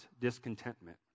discontentment